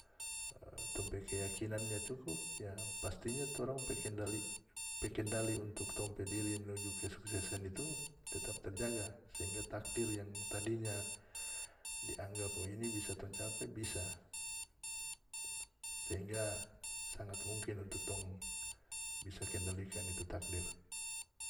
E tong pe keyakinannya cukup ya pastinya torang pe kendali pe kendali untuk tong pe diri menuju kesuksesan itu tetap terjaga sehingga takdir yang tadinya dianggap o ini tong capai bisa sehingga sangat mungkin untuk tong bisa kendalikan itu takdir.